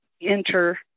enter